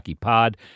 Pod